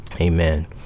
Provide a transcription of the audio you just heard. Amen